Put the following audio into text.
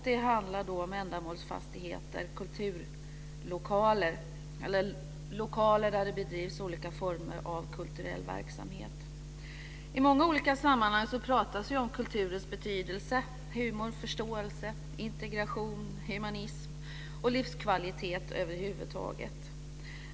Det handlar då om ändamålsfastigheter och lokaler där det bedrivs olika former av kulturell verksamhet. I många olika sammanhang pratas det om kulturens betydelse, humor, förståelse, integration, humanism och över huvud taget livskvalitet.